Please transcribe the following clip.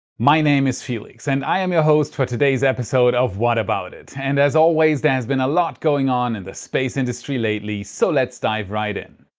my name is felix and i am your host for today's episode of what about it? and as always, there has been a lot going on in the space industry lately, so let's dive right in!